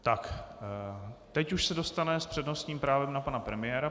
Tak teď už se dostane s přednostním právem na pana premiéra.